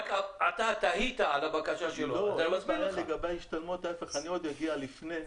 אתה תהית על הבקשה שלו, אז אני מסביר לך.